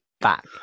back